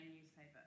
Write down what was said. newspaper